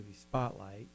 Spotlight